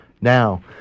Now